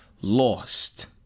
lost